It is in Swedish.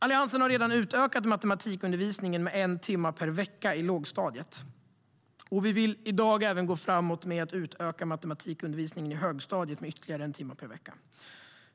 Alliansen har redan utökat matematikundervisningen med en timme per vecka i lågstadiet. Vi vill i dag även gå framåt och utöka matematikundervisningen i högstadiet med ytterligare en timme per vecka.